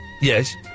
Yes